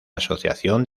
asociación